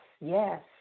yes